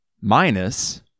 minus